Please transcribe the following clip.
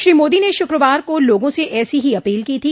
श्री मोदी ने शुक्रवार को लोगों से ऐसी ही अपील की थी